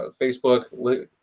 facebook